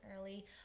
early